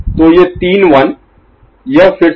तो ये तीन 1 यह फिर से 0 है